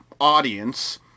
audience